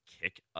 kick